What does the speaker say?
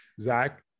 Zach